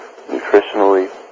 nutritionally